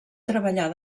treballar